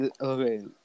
Okay